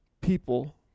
people